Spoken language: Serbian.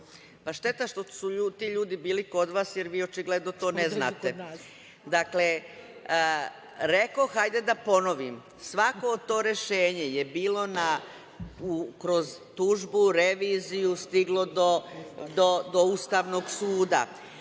Šteta što su ti ljudi bili kod vas, jer vi očigledno to ne znate. Dakle, rekoh, hajde da ponovim, svako to rešenje je bilo kroz tužbu, reviziju stiglo do Ustavnog suda